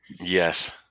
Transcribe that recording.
Yes